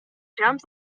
jumps